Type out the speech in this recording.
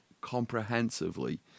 comprehensively